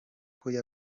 yemera